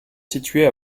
situées